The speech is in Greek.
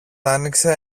άνοιξε